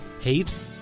hate